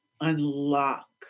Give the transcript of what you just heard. unlock